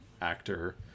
actor